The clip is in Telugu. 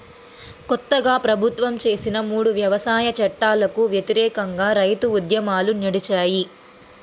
కొత్తగా ప్రభుత్వం చేసిన మూడు వ్యవసాయ చట్టాలకు వ్యతిరేకంగా రైతు ఉద్యమాలు నడిచాయి